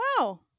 wow